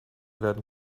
werden